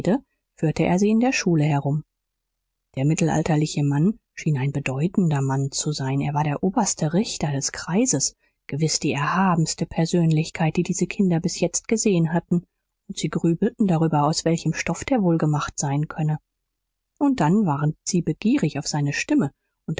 führte er sie in der schule herum der mittelalterliche mann schien ein bedeutender mann zu sein er war der oberste richter des kreises gewiß die erhabenste persönlichkeit die diese kinder bis jetzt gesehen hatten und sie grübelten darüber aus welchem stoff der wohl gemacht sein könne und dann waren sie begierig auf seine stimme